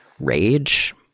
rage